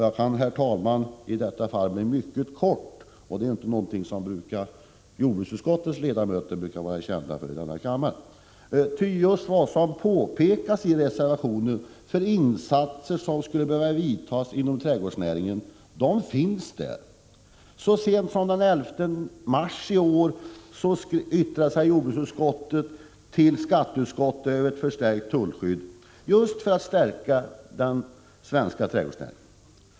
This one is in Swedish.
Jag kan, herr talman, i detta fall fatta mig mycket kort — och det är inte något som jordbruksutskottets ledamöter brukar vara kända för i denna kammare — ty de insatser som man pekar på i reservationen har redan aktualiserats. Så sent som den 11 mars i år yttrade sig jordbruksutskottet till skatteutskottet över ett förslag om förstärkt tullskydd just för att stärka den svenska trädgårdsnäringen.